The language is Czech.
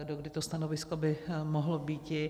Dokdy to stanovisko by mohlo býti?